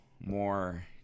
more